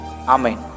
Amen